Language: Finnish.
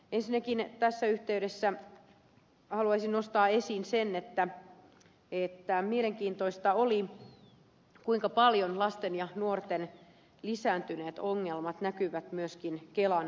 ensinnäkin tässä yhteydessä haluaisin nostaa esiin sen että mielenkiintoista oli kuinka paljon lasten ja nuorten lisääntyneet ongelmat näkyvät myöskin kelan toiminnassa